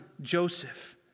Joseph